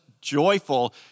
joyful